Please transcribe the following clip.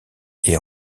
est